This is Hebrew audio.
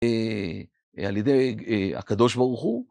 על ידי הקדוש ברוך הוא.